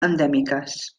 endèmiques